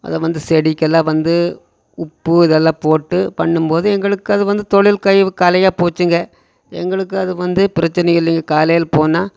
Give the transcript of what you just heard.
அதை வந்து செடிக்கெல்லாம் வந்து உப்பு இதெல்லாம் போட்டு பண்ணும் போது எங்களுக்கு அது வந்து தொழில் கை கலையா போச்சுங்க எங்களுக்கு அது வந்து பிரச்சனை இல்லை காலையில் போனால்